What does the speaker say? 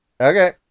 Okay